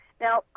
Now